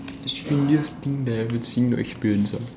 strangest thing that I've ever seen or experience ah